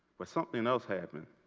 but something and else happened.